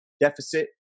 deficit